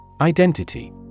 Identity